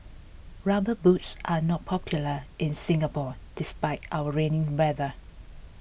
rubber boots are not popular in Singapore despite our rainy weather